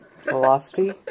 Velocity